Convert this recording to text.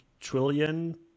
trillion